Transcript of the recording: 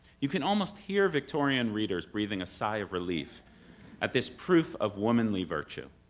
you can almost hear victorian readers breathing a sigh of relief at this proof of womanly virtue.